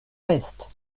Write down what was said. pest